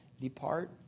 depart